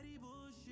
bullshit